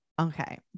okay